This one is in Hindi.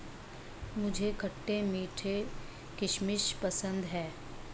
मुझे खट्टे मीठे किशमिश पसंद हैं